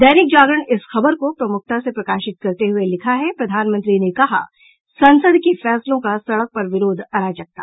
दैनिक जागरण इस खबर को प्रमुखता से प्रकाशित करते हुये लिखा है प्रधानमंत्री ने कहा संसद के फैसलों का सड़क पर विरोध अराजकता